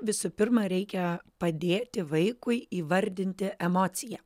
visų pirma reikia padėti vaikui įvardinti emociją